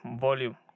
volume